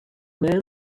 man